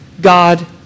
God